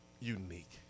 unique